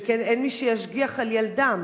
שכן אין מי שישגיח על ילדם.